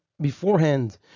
beforehand